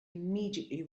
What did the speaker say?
immediately